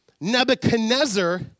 Nebuchadnezzar